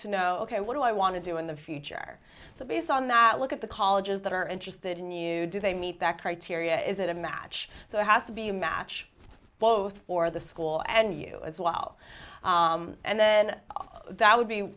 to know ok what do i want to do in the future so based on that look at the colleges that are interested in you do they meet that criteria is it a match so has to be a match both for the school and you as well and then that would be